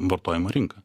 vartojimo rinka